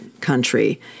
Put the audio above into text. country